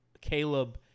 Caleb